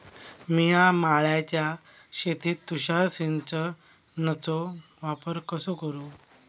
मिया माळ्याच्या शेतीत तुषार सिंचनचो वापर कसो करू?